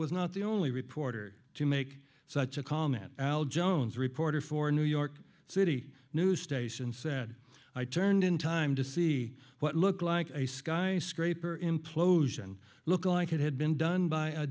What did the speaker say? was not the only reporter to make such a comment al jones reporter for a new york city news station said i turned in time to see what looked like a skyscraper implosion looked like it had been done by a